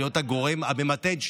להיות הגורם הממתן, אנחנו?